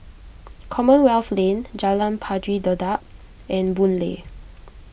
Commonwealth Lane Jalan Pari Dedap and Boon Lay